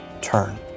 turn